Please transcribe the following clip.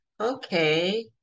okay